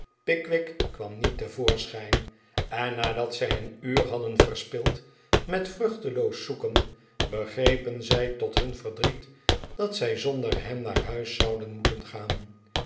pickwick kwam niet te voorschijn en nadat zij een uur hadden verspild met vruchteloos zoeken begrepen zij tot hun verdriet dat zij zonder hem naar huis zouden moeten gaan